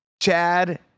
Chad